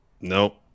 Nope